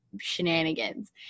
shenanigans